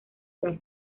las